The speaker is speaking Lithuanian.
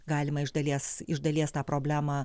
galima iš dalies iš dalies tą problemą